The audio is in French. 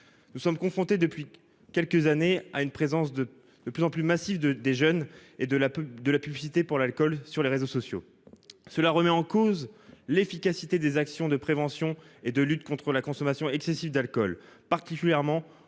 Nous sommes confrontés depuis quelques années à une présence de de plus en plus massive de des jeunes et de la de la publicité pour l'alcool sur les réseaux sociaux. Cela remet en cause l'efficacité des actions de prévention et de lutte contre la consommation excessive d'alcool, particulièrement